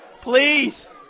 Please